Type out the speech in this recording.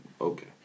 Okay